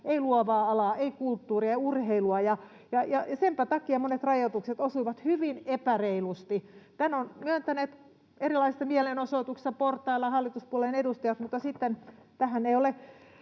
ei luovaa alaa, ei kulttuuria eikä urheilua, ja senpä takia monet rajoitukset osuivat hyvin epäreilusti. Tämän ovat myöntäneet erilaisissa mielenosoituksissa portailla hallituspuolueiden edustajat, mutta sitten tähän ei ole